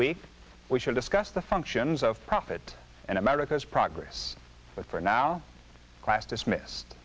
week we should discuss the functions of profit and america's progress but for now class dismissed